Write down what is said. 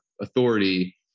authority